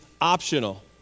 optional